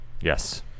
Yes